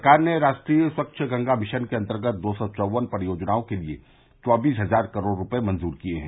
सरकार ने राष्ट्रीय स्वच्छ गंगा मिशन के अंतर्गत दो सौ चौवन परियोजनाओं के लिए चौबीस हजार करोड़ रुपये मंजूर किए हैं